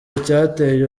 icyateye